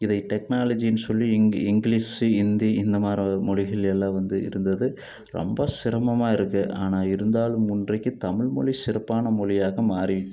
இதை டெக்னாலஜினு சொல்லி இங்கி இங்கிலிஷ் ஹிந்தி இந்தமாரி மொழிகள் எல்லாம் வந்து இருந்தது ரொம்ப சிரமமாக இருக்குது ஆனால் இருந்தாலும் இன்றைக்கு தமிழ் மொழி சிறப்பானா மொழியாகமாறி